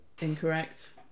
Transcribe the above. incorrect